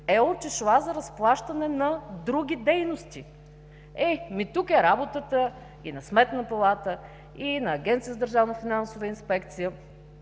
е отишла за разплащане на други дейности. Е, ами тук е работата и на Сметна палата, и на Агенцията за държавна и финансова инспекция,